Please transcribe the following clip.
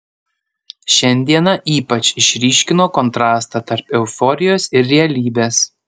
šiandiena ypač išryškino kontrastą tarp euforijos ir realybės